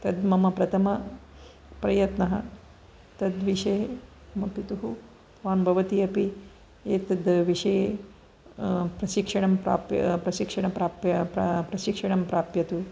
तद् मम प्रथमप्रयत्नः तद्विषये मम पितुः भवान् भवती अपि एतद् विषये प्रशिक्षणं प्राप्य प्रशिक्षणं प्राप्य प्रशिक्षणं प्राप्यतु